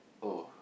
oh